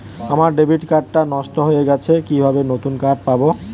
আমার debit card টা নষ্ট হয়ে গেছে কিভাবে নতুন কার্ড পাব?